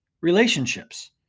relationships